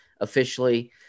officially